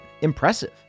Impressive